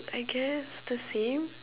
I guess the same